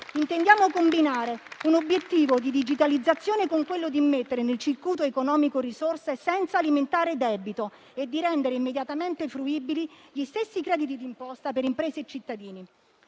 Intendiamo combinare l'obiettivo della digitalizzazione con quello di immettere nel circuito economico risorse senza alimentare debito e di rendere immediatamente fruibili gli stessi crediti di imposta per imprese e cittadini.